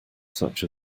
such